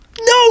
no